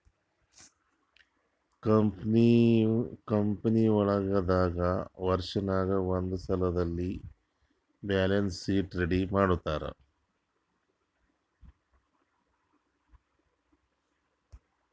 ಕಂಪನಿಗೊಳ್ ದಾಗ್ ವರ್ಷನಾಗ್ ಒಂದ್ಸಲ್ಲಿ ಬ್ಯಾಲೆನ್ಸ್ ಶೀಟ್ ರೆಡಿ ಮಾಡ್ತಾರ್